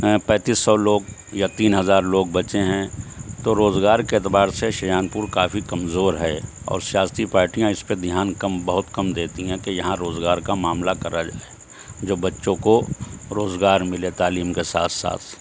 پینتس سو لوگ یا تین ہزار لوگ بچے ہیں تو روزگار کے اعتبار سے شاہجہان پور کافی کمزور ہے اور سیاسی پارٹیاں اس پر دھیان کم بہت کم دیتی ہیں کہ یہاں روزگار کا معاملہ کرا جائے جو بچوں کو روزگار ملے تعلیم کے ساتھ ساتھ